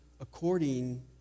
according